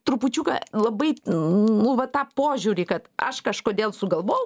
trupučiuką labai nu va tą požiūrį kad aš kažkodėl sugalvojau